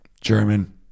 German